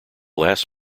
last